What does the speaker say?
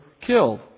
killed